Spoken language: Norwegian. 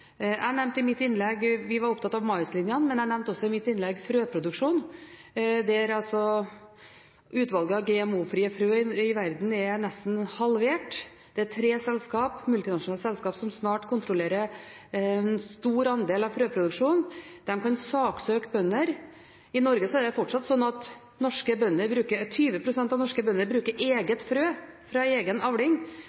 Jeg nevnte i mitt innlegg at vi er opptatt av maislinjene, men jeg nevnte også i mitt innlegg frøproduksjonen, der utvalget av GMO-frie frø i verden er nesten halvert. Det er tre multinasjonale selskaper som snart kontrollerer en stor andel av frøproduksjonen. De kan saksøke bønder. I Norge er det fortsatt slik at 20 pst. av norske bønder bruker eget frø fra egen avling,